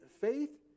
faith